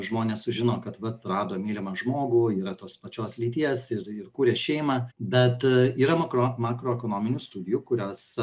žmonės sužino kad vat rado mylimą žmogų yra tos pačios lyties ir ir kuria šeimą bet yra makro makroekonominių studijų kurios